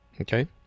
Okay